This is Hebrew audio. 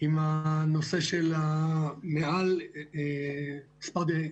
עם הנושא שמעל מספר דו